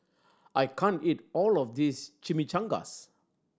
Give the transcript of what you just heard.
I can't eat all of this Chimichangas